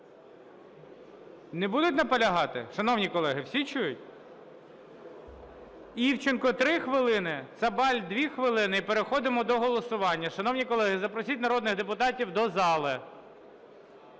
Не будуть наполягати? шановні колеги, всі чують? Івченко – 3 хвилини, Цабаль – 2 хвилини і переходимо до голосування. Шановні колеги, запросіть народних депутатів до зали.